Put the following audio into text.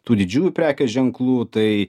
tų didžiųjų prekės ženklų tai